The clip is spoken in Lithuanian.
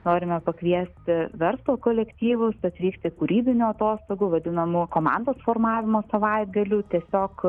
norime pakviesti verslo kolektyvus atvykti kūrybinių atostogų vadinamų komandos formavimo savaitgalių tiesiog